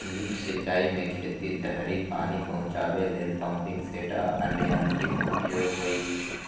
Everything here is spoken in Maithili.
लिफ्ट सिंचाइ मे खेत धरि पानि पहुंचाबै लेल पंपिंग सेट आ अन्य यंत्रक उपयोग होइ छै